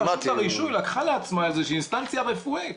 רשות הרישוי לקחה לעצמה איזה אינסטנציה רפואית.